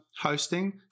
hosting